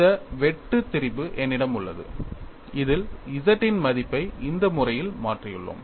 இந்த வெட்டு திரிபு என்னிடம் உள்ளது இதில் G இன் மதிப்பை இந்த முறையில் மாற்றியுள்ளோம்